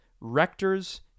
rectors